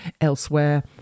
elsewhere